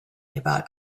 about